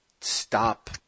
stop